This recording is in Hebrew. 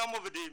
אותם עובדים,